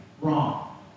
wrong